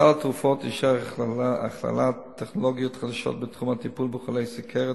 סל התרופות אישר הכללת טכנולוגיות חדשות בתחום הטיפול בחולי סוכרת,